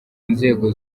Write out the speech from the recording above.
nzego